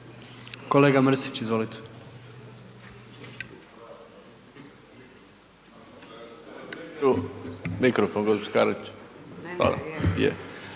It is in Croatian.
Kolega Mrsić, izvolite.